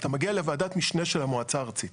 אתה מגיע לוועדת המשנה של המועצה הארצית.